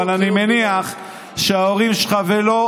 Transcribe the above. אבל אני מניח שההורים שלך,